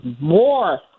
more